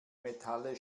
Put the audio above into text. metalle